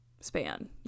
span